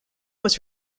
was